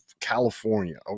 California